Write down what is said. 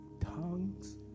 tongues